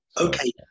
Okay